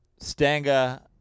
Stanga